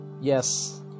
Yes